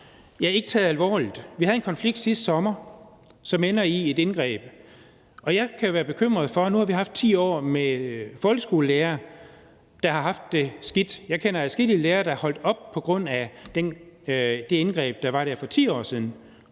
sig ikke taget alvorligt. Vi havde en konflikt sidste sommer, som endte med et indgreb, og nu har vi haft 10 år med folkeskolelærere, der har haft det skidt, og jeg kender adskillige lærere, der er holdt op på grund af det indgreb, der var der for 10 år siden.